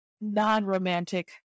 non-romantic